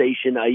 station